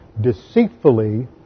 deceitfully